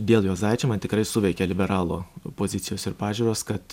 dėl juozaičio man tikrai suveikė liberalo pozicijos ir pažiūros kad